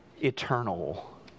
eternal